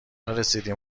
رسیدیم